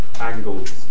angles